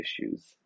issues